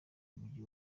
mujyi